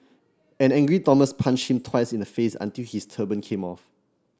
an angry Thomas punched him twice in the face until his turban came off